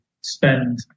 spend